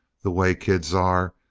the way kids are,